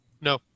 no